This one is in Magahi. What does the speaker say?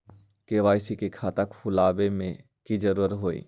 के.वाई.सी के खाता खुलवा में की जरूरी होई?